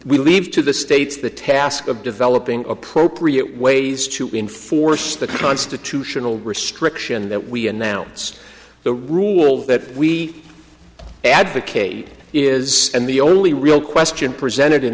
we leave to the states the task of developing appropriate ways to enforce the constitutional restriction that we announce the rule that we advocate is and the only real question presented in